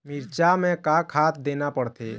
मिरचा मे का खाद देना पड़थे?